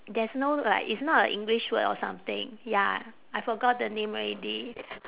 there's no like it's not a english word or something ya I forgot the name already